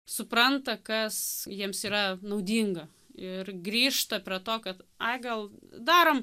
supranta kas jiems yra naudinga ir grįžta prie to kad ai gal darom